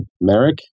Merrick